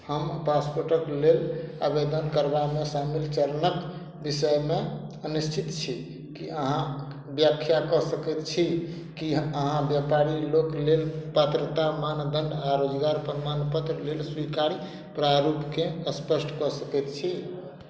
हम पासपोर्टक लेल आवेदन करबामे शामिल चरणक विषयमे अनिश्चित छी कि अहाँ व्याख्या कऽ सकैत छी कि अहाँ व्यापारी लोक लेल पात्रता मानदंड आ रोजगार प्रमाणपत्र लेल स्वीकार्य प्रारूपके स्पष्ट कऽ सकैत छी